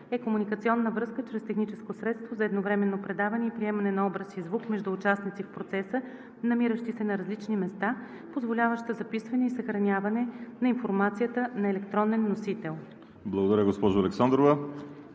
е комуникационна връзка чрез техническо средство за едновременно предаване и приемане на образ и звук между участници в процеса, намиращи се на различни места, позволяваща записване и съхраняване на информацията на електронен носител.“ ПРЕДСЕДАТЕЛ